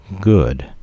good